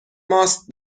ماست